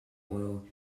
oil